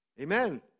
Amen